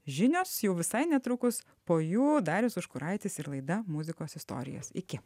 žinios jau visai netrukus po jų darius užkuraitis ir laida muzikos istorijos iki